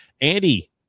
andy